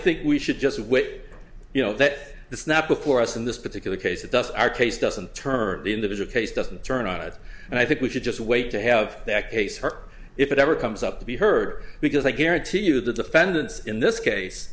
think we should just wait you know that it's not before us in this particular case it does our case doesn't term in that as a case doesn't turn on it and i think we should just wait to have that case for if it ever comes up to be heard because i guarantee you the defendants in this case